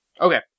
Okay